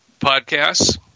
podcasts